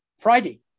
Friday